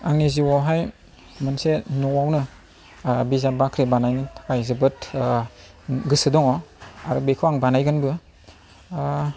आंनि जिउआवहाय मोनसे न'आवनो बिजाब बाख्रि बानायनो थाखाय जोबोद गोसो दङ आरो बेखौ आं बानायगोनबो